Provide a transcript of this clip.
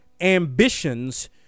ambitions